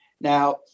Now